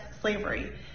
slavery